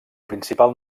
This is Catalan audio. principal